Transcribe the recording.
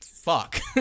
Fuck